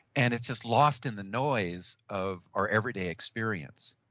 and it's just lost in the noise of our everyday experience.